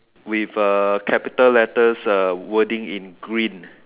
with a capital letters uh wording in green